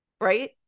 right